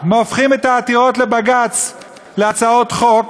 הופכים את העתירות לבג"ץ להצעות חוק,